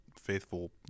faithful